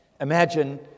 Imagine